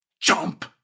Jump